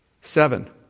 Seven